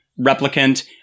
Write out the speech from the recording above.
replicant